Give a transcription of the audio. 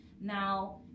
Now